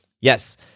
Yes